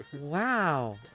wow